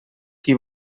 qui